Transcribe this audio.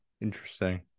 Interesting